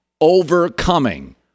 Overcoming